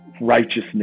righteousness